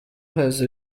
has